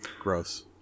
Gross